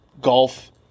golf